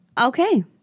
okay